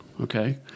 Okay